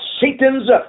Satan's